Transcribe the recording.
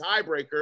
tiebreaker